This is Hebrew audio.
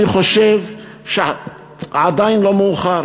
אני חושב שעדיין לא מאוחר.